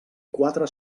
quatre